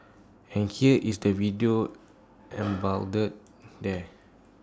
and here is the video embodied there